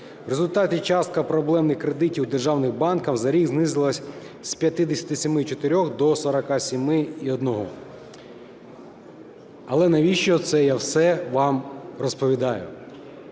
В результаті частка проблемних кредитів у державних банках за рік знизилася з 57,4 до 47,1. Але навіщо це я все вам розповідаю?